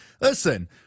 Listen